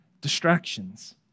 distractions